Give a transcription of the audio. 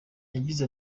yagize